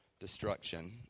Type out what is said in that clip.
destruction